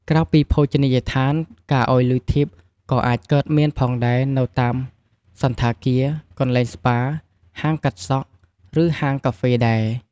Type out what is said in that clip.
ក្រៅពីភោជនីយដ្ឋាន ការឲ្យលុយធីប ក៏អាចកើតមានផងដែរនៅតាមសណ្ឋាគារ កន្លែងស្ប៉ា ហាងកាត់សក់ ឬហាងកាហ្វេដែរ។